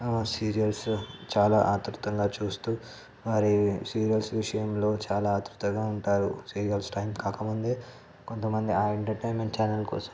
serials చాలా ఆతృతంగా చూస్తూ మరీ సీరియల్స్ విషయంలో చాలా ఆతృతగా ఉంటారు సీరియల్స్ టైం కాకముందే కొంతమంది ఆ ఎంటర్టైన్మెంట్ ఛానల్ కోసం